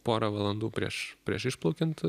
porą valandų prieš prieš išplaukiant